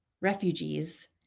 refugees